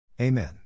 Amen